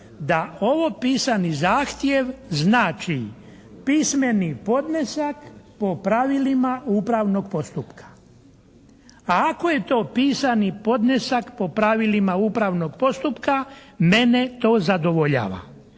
da ovo pisani zahtjev znači pismeni podnesak po pravilima upravnog postupka, a ako je to pisani podnesak po pravilima upravnog postupka mene to zadovoljava,